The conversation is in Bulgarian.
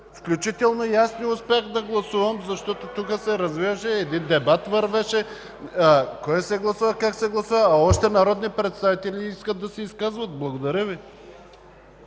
всички. И аз не успях да гласувам, защото тук се развиваше един дебат: кое се гласува, как се гласува, а още народни представители искат да се изказват. Благодаря Ви.